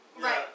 Right